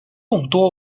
众多